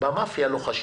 במאפיה לוחשים.